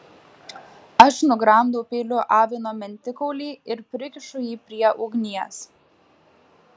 aš nugramdau peiliu avino mentikaulį ir prikišu jį prie ugnies